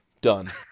Done